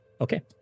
Okay